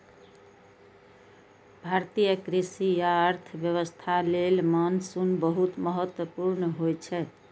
भारतीय कृषि आ अर्थव्यवस्था लेल मानसून बहुत महत्वपूर्ण होइ छै